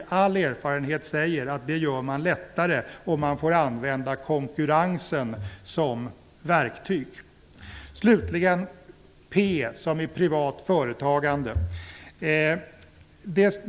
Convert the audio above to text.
All erfarenhet säger att man gör det lättare om man får använda konkurrensen som verktyg. Slutligen har vi P som i privat företagande.